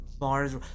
Mars